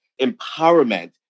empowerment